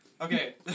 Okay